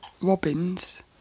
robins